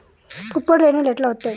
పుప్పొడి రేణువులు ఎట్లా వత్తయ్?